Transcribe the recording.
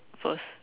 first